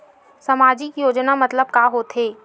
सामजिक योजना मतलब का होथे?